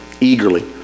eagerly